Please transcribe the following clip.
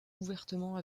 ouvertement